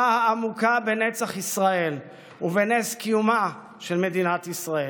העמוקה בנצח ישראל ובנס קיומה של מדינת ישראל.